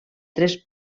tres